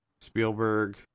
Spielberg